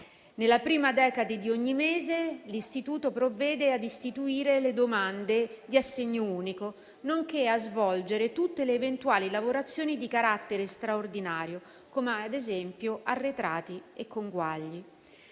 Nella prima decade di ogni mese l'Istituto provvede a istruire le domande di assegno unico nonché a svolgere tutte le eventuali lavorazioni di carattere straordinario come, ad esempio, arretrati e conguagli.